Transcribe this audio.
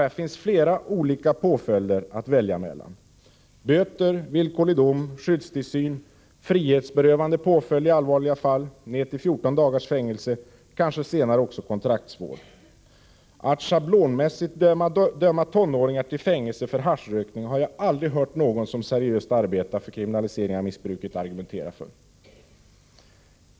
Här finns flera olika påföljder att välja mellan: böter, villkorlig dom, skyddstillsyn, frihetsberövande påföljd i allvarliga fall, ned till 14 dagars fängelse, kanske senare också kontraktsvård. Att schablonmässigt döma tonåringar till fängelse för haschrökning har jag aldrig hört någon av dem som seriöst arbetar för kriminalisering av missbruket argumentera för.